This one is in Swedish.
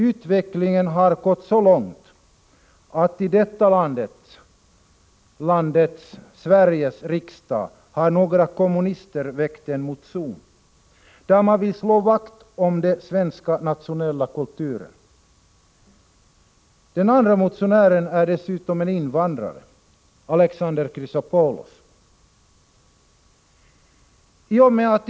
Utvecklingen har gått så långt att i Sveriges riksdag har några kommunister väckt en motion, där man vill slå vakt om den svenska nationella kulturen. En av motionärerna är dessutom invandrare, Alexander Chrisopoulos.